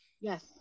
Yes